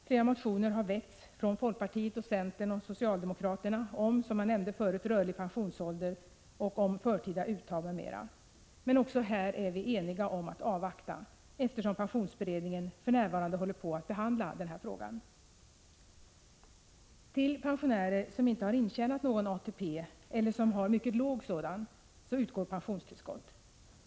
Flera motioner har väckts från folkpartiet, centern och socialdemokraterna om rörlig pensionsålder, förtida uttag m.m. Men också här är vi eniga om att avvakta, eftersom pensionsberedningen för närvarande håller på att behandla den här frågan. Till pensionärer som inte har intjänat någon ATP, eller som har mycket låg sådan, utgår pensionstillskott.